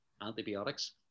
antibiotics